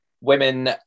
women